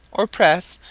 or press,